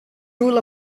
rule